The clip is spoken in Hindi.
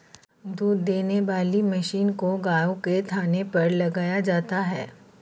दूध देने वाली मशीन को गायों के थनों पर लगाया जाता है